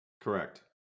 Correct